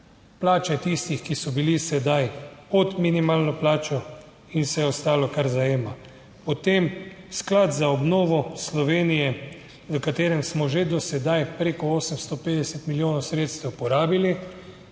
Plače tistih, ki so bili sedaj pod minimalno plačo in vse ostalo, kar zajema. Potem Sklad za obnovo Slovenije, v katerem smo že do sedaj preko 850 milijonov sredstev porabili,